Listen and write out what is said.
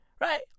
right